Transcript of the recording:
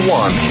one